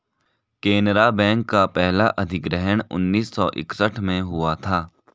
Canara bank का पहला अधिग्रहण उन्नीस सौ इकसठ में हुआ था